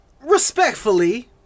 respectfully